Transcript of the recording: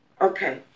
Okay